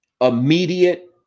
Immediate